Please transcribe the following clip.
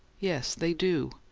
yes, they do.